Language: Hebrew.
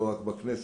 לא רק בכנסת,